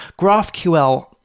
GraphQL